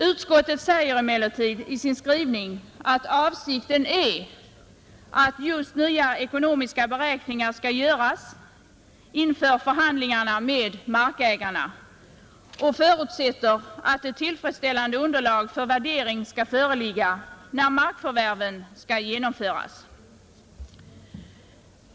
Utskottet säger emellertid i sin skrivning att avsikten just är att nya ekonomiska beräkningar skall göras inför förhandlingarna med markägarna och förutsätter att ett tillfredsställande underlag för värdering skall föreligga, när markförvärven skall genomföras.